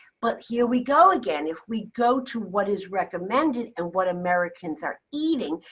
but here we go again. if we go to what is recommended and what americans are eating,